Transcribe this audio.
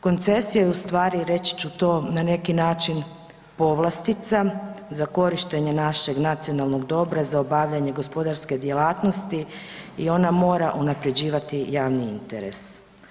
Koncesija je u stvari, reći ću to, na neki način povlastica za korištenje našeg nacionalnog dobra, za obavljanje gospodarske djelatnosti i ona mora unaprjeđivati javni interes.